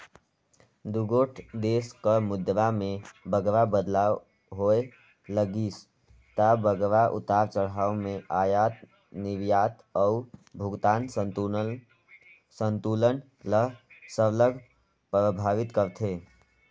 दुगोट देस कर मुद्रा में बगरा बदलाव होए लगिस ता बगरा उतार चढ़ाव में अयात निरयात अउ भुगतान संतुलन ल सरलग परभावित करथे